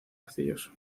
arcilloso